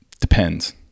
Depends